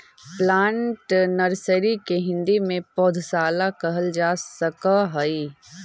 plant nursery के हिंदी में पौधशाला कहल जा सकऽ हइ